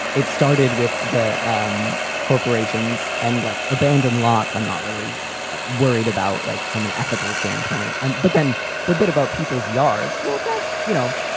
it started with the um corporations and like abandoned lots. i'm not really worried about, like from an ethical standpoint, and but then the bit about people's yards. well, that, you know,